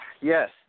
yes